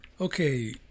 Okay